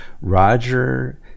Roger